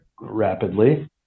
rapidly